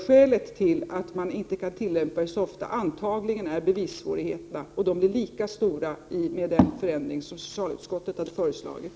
Skälet till att man inte kan tillämpa den så ofta är antagligen bevissvårigheterna, och de blir lika stora med den förändring som socialutskottet hade föreslagit.